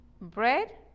bread